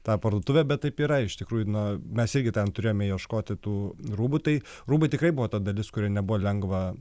tą parduotuvę bet taip yra iš tikrųjų na mes irgi ten turėjome ieškoti tų rūbų tai rūbai tikrai buvo ta dalis kuri nebuvo lengva